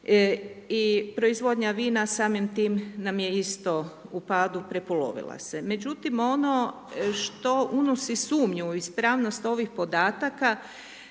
I proizvodnja vina, samim time nam je isto u padu, prepolovila se. Međutim, ono što unosi sumnju u ispravnost ovih podataka,